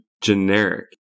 generic